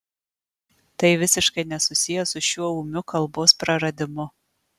tai visiškai nesusiję su šiuo ūmiu kalbos praradimu